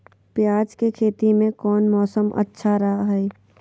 प्याज के खेती में कौन मौसम अच्छा रहा हय?